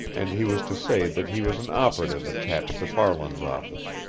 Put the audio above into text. and he was to say that he was an operative attached to farland's office.